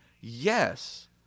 yes